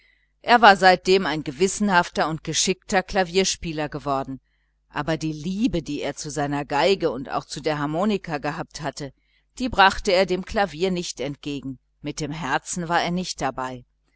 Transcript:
er war seitdem ein gewissenhafter und geschickter klavierspieler geworden aber die liebe die er zu seiner violine und auch zu der harmonika gehabt hatte die brachte er dem klavier nicht entgegen mit dem herzen war er nicht dabei